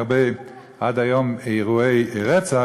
ועד היום אין הרבה אירועי רצח,